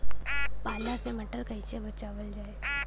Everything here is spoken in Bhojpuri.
पाला से मटर कईसे बचावल जाई?